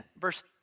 verse